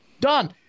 Done